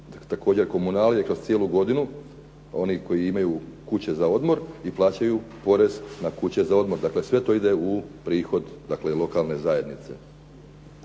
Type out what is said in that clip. također komunalije kroz cijelu godinu, oni koji imaju kuće za odmor i plaćaju porez na kuće za odmor. Dakle, sve to ide u prihod dakle lokalne zajednice.